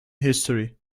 history